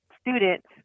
students